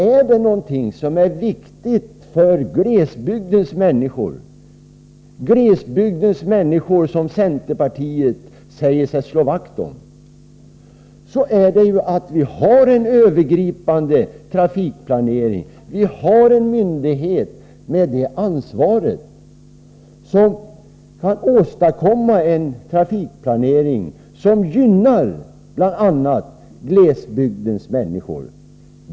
Är det någonting som är viktigt för glesbygdens människor, som ju centerpartiet säger sig slå vakt om, är det detta att vi har en övergripande trafikplanering, en myndighet som ansvarar för att vi får en trafikplanering som bl.a. gynnar glesbygdens människor.